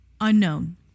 unknown